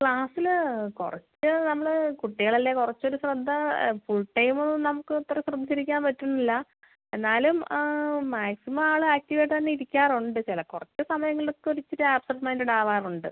ക്ലാസ്സിൽ കുറച്ച് നമ്മൾ കുട്ടികൾ അല്ലേ കുറച്ച് ഒരു ശ്രദ്ധ ഫുൾ ടൈമ് നമ്മൾക്ക് അത്ര ശ്രദ്ധിച്ച് ഇരിക്കാൻ പറ്റുന്നില്ല എന്നാലും മാക്സിമം ആൾ ആക്റ്റീവ് ആയിട്ട് തന്നെ ഇരിക്കാറുണ്ട് ചില കുറച്ച് സമയങ്ങളിലൊക്കെ ഒരു ഇച്ചിരി ആബ്സെൻ്റ് മൈൻഡഡ് ആവാറുണ്ട്